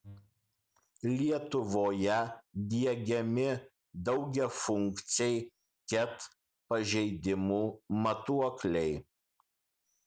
lietuvoje diegiami daugiafunkciai ket pažeidimų matuokliai